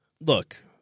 look